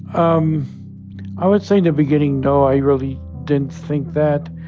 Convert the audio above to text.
um i would say in the beginning, no, i really didn't think that.